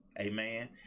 amen